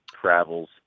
travels